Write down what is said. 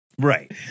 Right